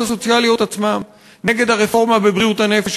הסוציאליות עצמם נגד הרפורמה בבריאות הנפש,